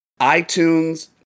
iTunes